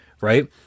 right